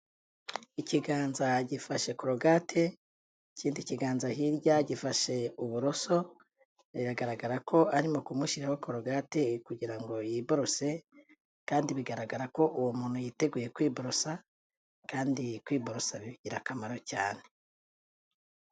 Ikiganza gifashe korogate, ikindi kiganza hirya gifashe uburoso, biragaragara ko arimo kumushyiriraho korogate kugira ngo yiborose, kandi bigaragara ko uwo muntu yiteguye kwiborosa, kandi kwiborosa bigira akamaro cyane.